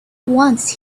once